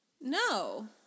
No